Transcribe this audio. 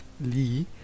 Lee